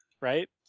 Right